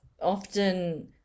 often